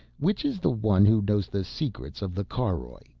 which is the one who knows the secrets of the caroj?